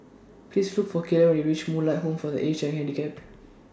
Please Look For Caleb when YOU REACH Moonlight Home For The Aged Handicapped